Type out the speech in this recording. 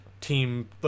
team